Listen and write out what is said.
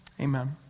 Amen